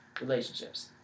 relationships